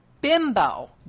Bimbo